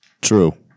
True